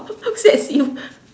let's see